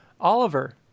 Oliver